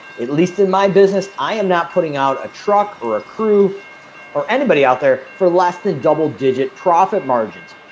at least in my business, i am not putting out a truck or a crew or anybody out there for less than double digit profit margins.